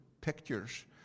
pictures